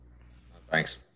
Thanks